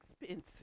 expensive